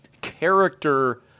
character